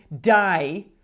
die